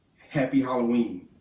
happy halloween.